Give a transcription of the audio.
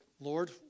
Lord